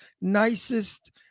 nicest